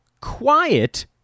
quiet